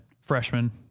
freshman